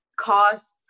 costs